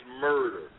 murder